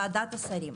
ועדת השרים.